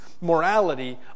morality